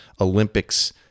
Olympics